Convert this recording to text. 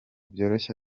byoroshye